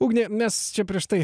ugnė mes čia prieš tai